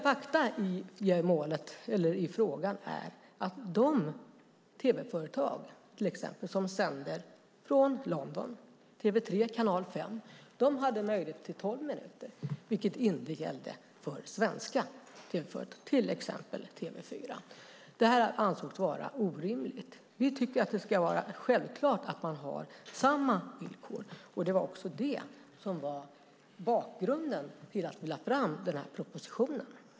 Fakta i frågan är att de tv-företag som sände från London, TV3 och Kanal 5, hade möjlighet att sända tolv minuter, vilket inte gällde för Sverigebaserade tv-företag, till exempel TV4. Detta ansågs orimligt. Vi tycker att det är självklart att alla ska ha samma villkor, och det var också bakgrunden till att vi lade fram propositionen.